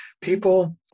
people